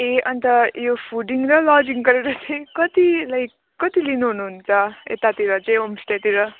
ए अन्त यो फुडिङ र लजिङ गरेर चाहिँ कति लाइक कति लिनुहुनुहुन्छ यतातिर चाहिँ होमस्टेतिर